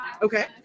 Okay